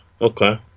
okay